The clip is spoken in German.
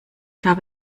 gab